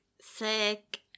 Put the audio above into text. sick